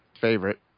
favorite